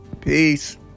Peace